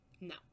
No